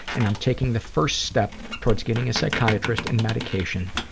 and i'm taking the first step towards getting a psychiatrist and medication.